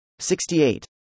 68